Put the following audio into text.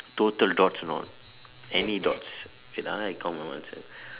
total dots you know any dots wait ah I count mine one second